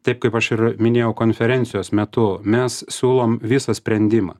taip kaip aš ir minėjau konferencijos metu mes siūlom visą sprendimą